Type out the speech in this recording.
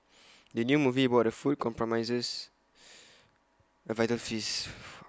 the new movie about food promises A visual feast